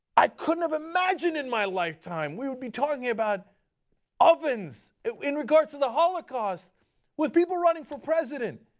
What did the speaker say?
i couldn't imagine in my lifetime we would be talking about ovens in regard to the holocaust with people running for president,